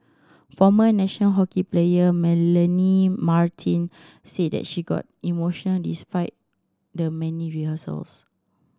former national hockey player Melanie Martens said that she got emotional despite the many rehearsals